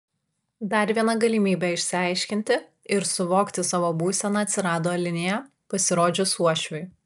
dar viena galimybė išsiaiškinti ir suvokti savo būseną atsirado alinėje pasirodžius uošviui